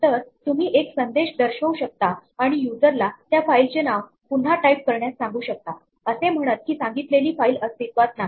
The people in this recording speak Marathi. तर तुम्ही एक संदेश दर्शवू शकता आणि युजरला त्या फाईलचे नाव पुन्हा टाईप करण्यास सांगू शकता असे म्हणत की सांगितलेली फाईल अस्तित्वात नाही